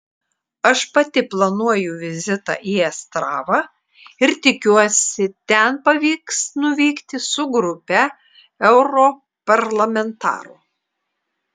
aš pati planuoju vizitą į astravą ir tikiuosi ten pavyks nuvykti su grupe europarlamentarų